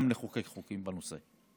גם נחוקק חוקים בנושא.